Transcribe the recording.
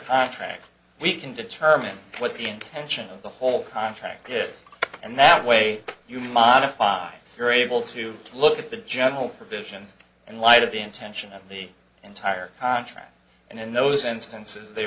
contract we can determine what the intention of the whole contract is and that way you modify you're able to look at the general provisions in light of the intention of the entire contract and in those instances they